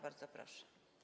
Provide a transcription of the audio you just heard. Bardzo proszę.